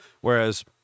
Whereas